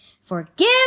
Forgive